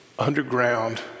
underground